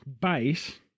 base